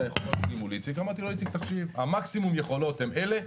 היכולות שלי מול איציק אמרתי לו: מקסימום היכולות הן אלה,